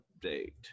update